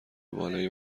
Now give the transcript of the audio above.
بالایی